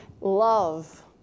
love